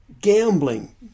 gambling